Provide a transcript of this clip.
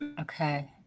Okay